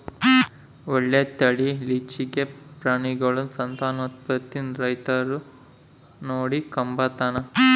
ಒಳ್ಳೆ ತಳೀಲಿಚ್ಚೆಗೆ ಪ್ರಾಣಿಗುಳ ಸಂತಾನೋತ್ಪತ್ತೀನ ರೈತ ನೋಡಿಕಂಬತಾನ